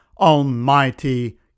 Almighty